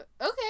okay